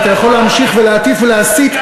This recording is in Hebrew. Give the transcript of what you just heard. ואתה יכול להמשיך ולהטיף ולהסית,